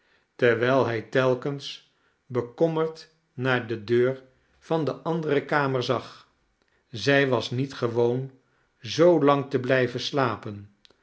terwijl hij telkens bekommerd naar de deur van de andere kamer zag zij was niet gewoon zoolang te blijven slapen